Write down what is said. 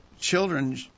children